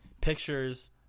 pictures